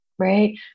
right